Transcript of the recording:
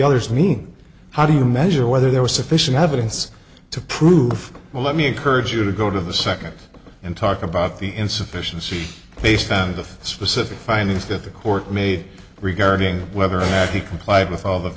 others mean how do you measure whether there was sufficient evidence to prove well let me encourage you to go to the second and talk about the insufficiency based on the specific findings that the court made regarding whether o